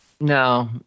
No